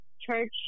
church